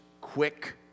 Quick